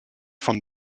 von